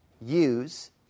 use